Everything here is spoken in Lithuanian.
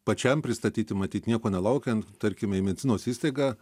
pačiam pristatyti matyt nieko nelaukiant tarkime į medicinos įstaigą